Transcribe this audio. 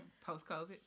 Post-COVID